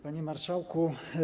Panie Marszałku!